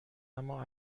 اما